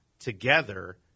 together